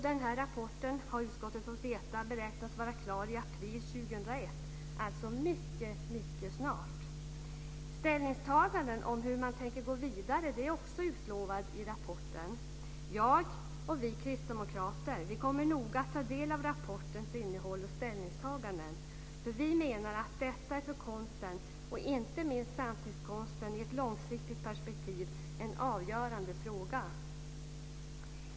Den här rapporten beräknas vara klar i april 2001, dvs. mycket snart. Ställningstaganden om hur man tänker gå vidare är också utlovade i rapporten. Vi kristdemokrater kommer noga att ta del av rapportens innehåll och ställningstaganden. Vi menar att detta är en avgörande fråga för konsten, och inte minst samtidskonsten, i ett långsiktigt perspektiv.